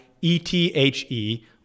ETHE